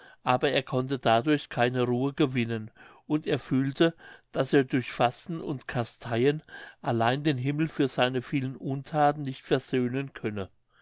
aber er konnte dadurch keine ruhe gewinnen und er fühlte daß er durch fasten und kasteien allein den himmel für seine vielen unthaten nicht versöhnen könne